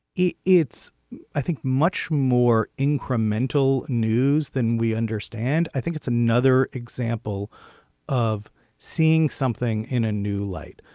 yeah it's i think much more incremental news than we understand. i think it's another example of seeing something in a new light.